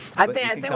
i bad?